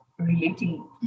relating